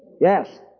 Yes